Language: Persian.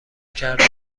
کردن